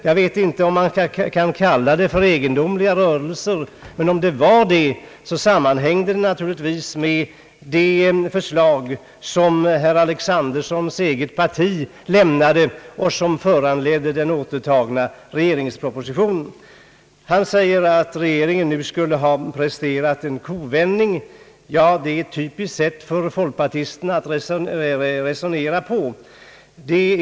Jag vet inte om man kan kalla det för egendomliga rörelser, men om det var det, sammanhängde det naturligtvis med de förslag som herr Alexandersons eget parti lämnade och som föranledde den återtagna regeringspropositionen. Han säger att regeringen nu skulle ha presterat en kovändning. Det är typiskt för folkpartister att resonera på det sättet.